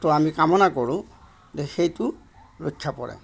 তো আমি কামনা কৰোঁ সেইটো ৰক্ষা পৰে